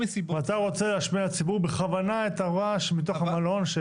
ואתה רוצה להשמיע לציבור בכוונה את הרעש מתוך המלון.